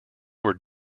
were